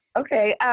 Okay